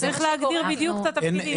אז צריך להגדיר בדיוק את התפקידים.